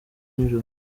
nijoro